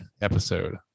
episode